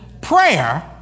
prayer